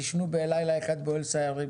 תישנו בלילה אחד באוהל סיירים.